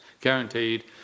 guaranteed